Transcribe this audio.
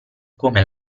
come